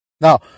Now